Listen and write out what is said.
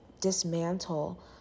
dismantle